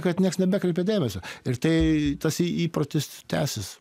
kad nieks nebekreipia dėmesio ir tai tas įprotis tęsis